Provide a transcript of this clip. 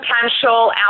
potential